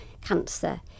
cancer